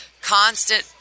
constant